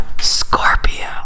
scorpio